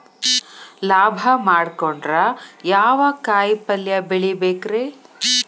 ಲಾಭ ಮಾಡಕೊಂಡ್ರ ಯಾವ ಕಾಯಿಪಲ್ಯ ಬೆಳಿಬೇಕ್ರೇ?